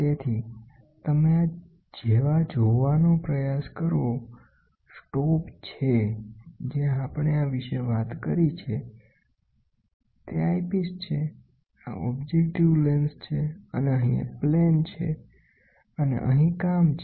તેથી તમે આ જેવા જોવાનો પ્રયાસ કરો સ્ટોપ છે જે આપણે આ વિશે વાત કરી છે તે છે આઇપિસ આ ઓબજેક્ટિવ લેન્સ છે અને અહીં એક સમતલ છે અને અહીં કામ છે